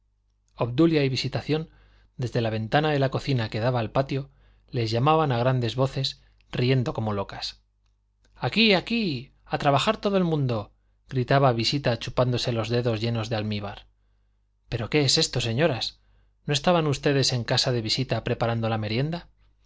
obdulia y visitación desde la ventana de la cocina que daba al patio les llamaban a grandes voces riendo como locas aquí aquí a trabajar todo el mundo gritaba visita chupándose los dedos llenos de almíbar pero qué es esto señoras no estaban ustedes en casa de visita preparando la merienda